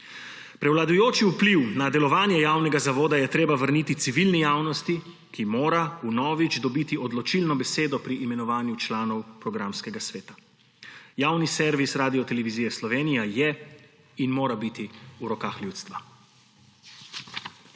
Prevladujoč vpliv na delovanje javnega zavoda je treba vrniti civilni javnosti, ki mora vnovič dobiti odločilno besedo pri imenovanju članov programskega sveta. Javni servis Radiotelevizije Slovenija je in mora biti v rokah ljudstva.